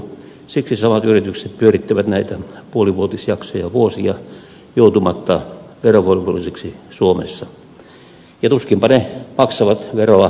siksi samat yritykset pyörittävät näitä puolivuotisjaksoja vuosia joutumatta verovelvollisiksi suomessa ja tuskinpa ne maksavat veroa kotivaltioonsakaan